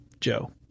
Joe